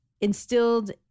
instilled